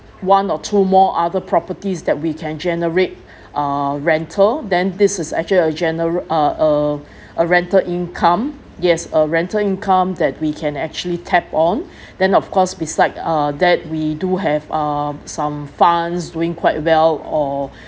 one or two more other properties that we can generate uh rental then this is actually a gene~ uh a rental income yes a rental income that we can actually tap on then of course beside uh that we do have uh some funds doing quite well or